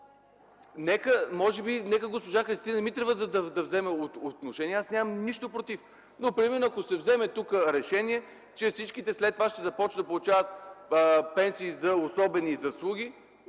Нека госпожа Христина Митрева да вземе отношение, аз нямам нищо против. Примерно, ако се вземе тук решение, че всички след това ще започнат да получават пенсии за особени заслуги,